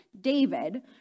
David